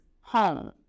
home